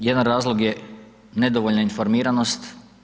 Jedan razlog je nedovoljna informiranost.